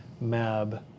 Mab